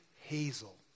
Hazel